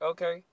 Okay